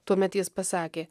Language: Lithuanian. tuomet jis pasakė